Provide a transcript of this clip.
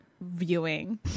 viewing